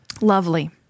lovely